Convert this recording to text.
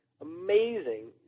amazing